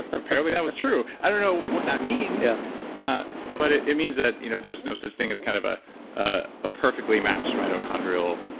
apparently that was true. i don't know what that means yeah but it it means that you know there's no such thing as kind of ah ah a perfectly match mitochondrial